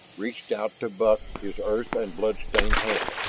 reached out to buck his earth and bloodstained hand.